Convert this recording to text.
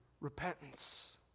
Repentance